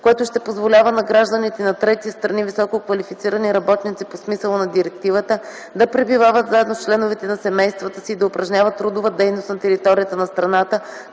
което ще позволява на гражданите на трети страни – висококвалифицирани работници по смисъла на директивата, да пребивават заедно с членовете на семействата си и да упражняват трудова дейност на територията на страната,